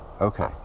Okay